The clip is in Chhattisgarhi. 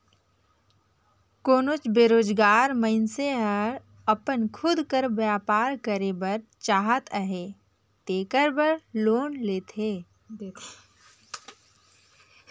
कोनोच बेरोजगार मइनसे हर अपन खुद कर बयपार करे बर चाहत अहे तेकर बर लोन देथे